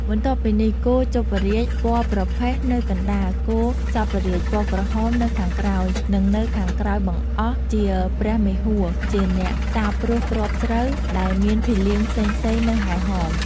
បន្ទាប់ពីនេះ គោជប់រាជ ពណ៌ប្រផេះនៅកណ្ដាល គោសព្វរាជ ពណ៌ក្រហម នៅខាងក្រោយ និងនៅខាងក្រោយបង្អស់ជា ព្រះមេហួរ ជាអ្នកសាបព្រួសគ្រាប់ស្រូវ ដែលមានភីលៀងផ្សេងៗនៅហែរហម។